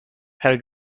her